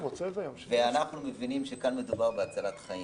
ואנחנו מבינים שמדובר כאן בהצלת חיים.